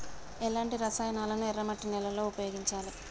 ఎలాంటి రసాయనాలను ఎర్ర మట్టి నేల లో ఉపయోగించాలి?